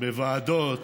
בוועדות